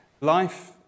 Life